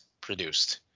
produced